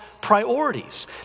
priorities